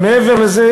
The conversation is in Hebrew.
אבל מעבר לזה,